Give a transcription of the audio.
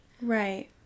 Right